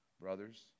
brothers